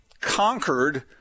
conquered